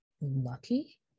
lucky